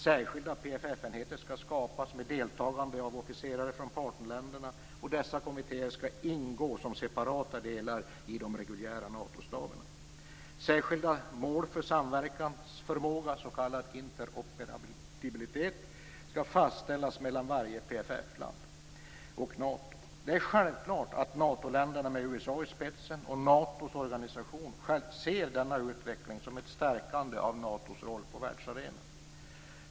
Särskilda PFF-enheter skall skapas med deltagande av officerare från partnerländerna, och dessa kommittéer skall ingå som separata delar i de reguljära Natostaberna. Särskilda mål för samverkansförmåga, s.k. interoperabilitet, skall fastställas mellan varje PFF-land och Nato. Det är självklart att Natoländerna, med USA i spetsen, och Natos organisation ser denna utveckling som ett stärkande av Natos roll på världsarenan.